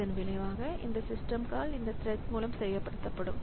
இதன் விளைவாக இந்த சிஸ்டம் கால் இந்த த்ரெட் மூலம் செயல்படுத்தப்படும்